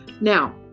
Now